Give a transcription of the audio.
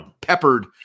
peppered